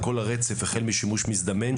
על כל הרצף החל משימוש מזדמן,